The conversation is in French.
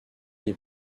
les